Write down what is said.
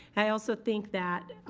i also think that